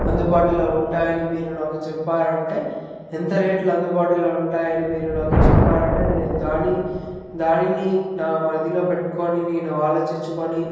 అందుబాటులో ఉంటాయని మీరు నాకు చెప్పారంటే ఎంత రేట్లో అందుబాటులో ఉంటాయని మీరు నాకు చెప్పారంటే నేను దాని దానిని నా మదిలో పెట్టుకొని నేను ఆలోచించుకొని